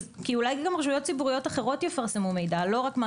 כי אולי גם רשויות ציבוריות אחרות יפרסמו מידע,